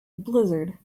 blizzard